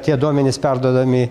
tie duomenys perduodami